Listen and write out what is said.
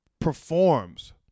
performs